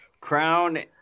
Crown